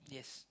yes